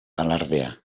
alardea